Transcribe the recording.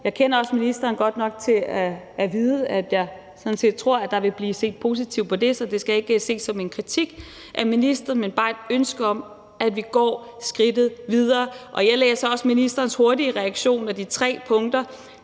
Jeg kender også ministeren godt nok til at vide, at der vil blive set positivt på det – det tror jeg sådan set – så det skal ikke ses som en kritik af ministeren, men bare som et ønske om, at vi går skridtet videre. Jeg læser også ministerens hurtige reaktion på de tre punkter